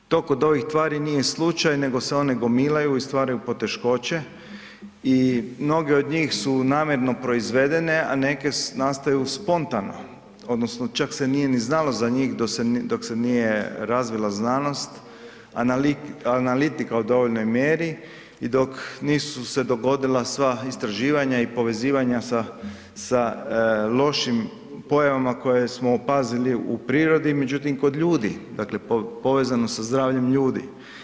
To kod ovih tvari nije slučaj nego se one gomilaju i stvaraju poteškoće i mnoge od njih su namjerno proizvedene, a neke nastaju spontano odnosno čak se nije ni znalo za njih dok se nije razvila znanost, analitika u dovoljnoj mjeri i dok nisu se dogodila sva istraživanja i povezivanja sa lošim pojavama koje smo opazili u prirodi, međutim i kod ljudi, dakle povezano je sa zdravljem ljudi.